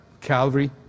Calvary